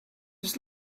just